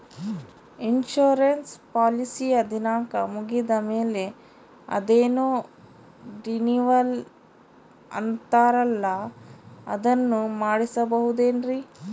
Insurance ಪಾಲಿಸಿಯ ದಿನಾಂಕ ಮುಗಿದ ಮೇಲೆ ಅದೇನೋ ರಿನೀವಲ್ ಅಂತಾರಲ್ಲ ಅದನ್ನು ಮಾಡಿಸಬಹುದೇನ್ರಿ?